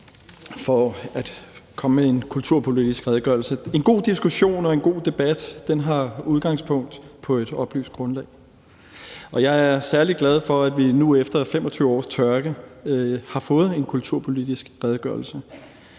for at komme med en kulturpolitisk redegørelse. En god diskussion og en god debat har udgangspunkt i et oplyst grundlag, og jeg er særlig glad for, at vi efter 25 års tørke nu har fået en kulturpolitisk redegørelse.